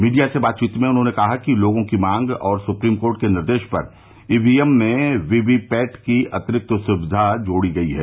media से बातचीत में उन्होंने कहा कि लोगों की मांग और सुप्रीम कोर्ट के निर्देश पर ईवीएम में वीवी पैट की अतिरिक्त सुविधा जोड़ी गई है